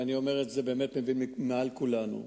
ואני אומר את זה, באמת מבין מעל כולנו.